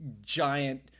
giant